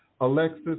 Alexis